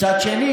אבל, מצד שני,